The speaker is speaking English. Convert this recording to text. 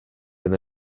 when